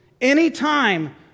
Anytime